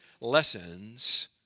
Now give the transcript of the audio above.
lessons